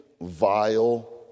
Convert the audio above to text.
vile